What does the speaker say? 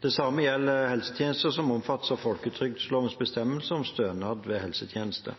Det samme gjelder helsetjenester som omfattes av folketrygdlovens bestemmelser om stønad ved helsetjenester.